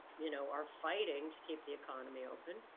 you know, are fighting to keep the economy open.